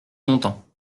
longtemps